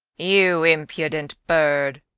you impudent bird,